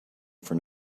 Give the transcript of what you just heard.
for